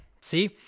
See